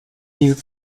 die